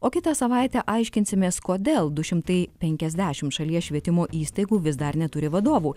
o kitą savaitę aiškinsimės kodėl du šimtai penkiasdešim šalies švietimo įstaigų vis dar neturi vadovų